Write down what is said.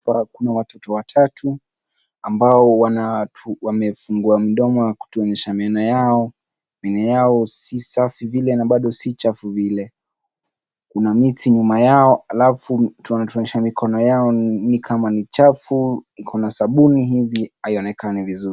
Kwa hakuna watoto watatu, ambao wana wamefungua mdomo wa kutuonyesha meno yao. Meno yao si safi vile na bado si chafu vile. Kuna miti nyuma yao, alafu wanatuonyesha mikono yao ni kama ni chafu, iko na sabuni hivi, haionekani vizuri.